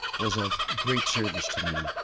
was of great service to me,